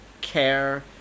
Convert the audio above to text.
care